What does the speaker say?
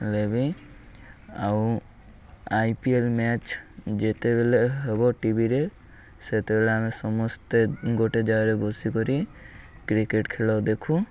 ହେଲେ ବିି ଆଉ ଆଇ ପି ଏଲ୍ ମ୍ୟାଚ୍ ଯେତେବେଳେ ହେବ ଟିଭିରେ ସେତେବେଳେ ଆମେ ସମସ୍ତେ ଗୋଟେ ଜାଗାରେ ବସିି କରି କ୍ରିକେଟ୍ ଖେଳ ଦେଖୁ